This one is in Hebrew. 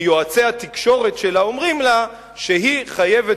כי יועצי התקשורת שלה אומרים לה שהיא חייבת